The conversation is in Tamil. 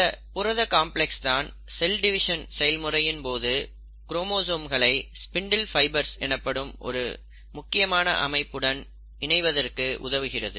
இந்தப் புரத காம்ப்ளக்ஸ் தான் செல் டிவிஷன் செயல்முறையின் பொழுது குரோமோசோம்களை ஸ்பிண்டில் ஃபைபர்ஸ் எனப்படும் ஒரு முக்கியமான அமைப்புடன் இணைவதற்கு உதவுகிறது